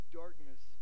darkness